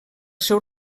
seu